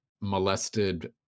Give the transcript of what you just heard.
molested